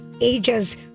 ages